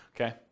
Okay